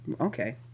Okay